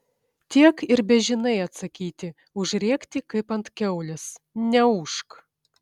tiek ir bežinai atsakyti užrėkti kaip ant kiaulės neūžk